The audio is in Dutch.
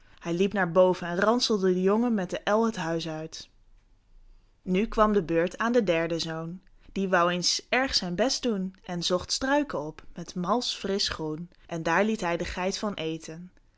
hij liep naar boven en ranselde den jongen met de el het huis uit nu kwam de beurt aan den derden zoon die woû eens erg zijn best doen en zocht struiken op met malsch frisch groen en daar liet hij de geit van eten